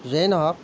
যেই নহওক